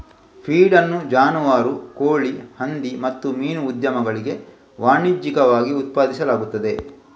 feed ಅನ್ನು ಜಾನುವಾರು, ಕೋಳಿ, ಹಂದಿ ಮತ್ತು ಮೀನು ಉದ್ಯಮಗಳಿಗೆ ವಾಣಿಜ್ಯಿಕವಾಗಿ ಉತ್ಪಾದಿಸಲಾಗುತ್ತದೆ